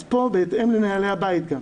אז פה בהתאם לנהלי הבית גם.